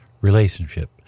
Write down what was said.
relationship